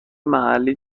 محلی